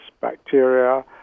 bacteria